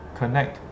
connect